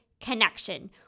connection